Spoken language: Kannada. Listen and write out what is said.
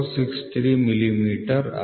063 ಮಿಲಿಮೀಟರ್ ಆಗಿದೆ